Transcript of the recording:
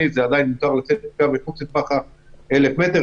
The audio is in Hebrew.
ומותר לצאת גם מחוץ לטווח ה-1,000 מטר,